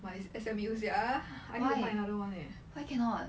my S_M_U sia I find another one leh